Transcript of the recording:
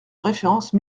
référence